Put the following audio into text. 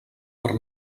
per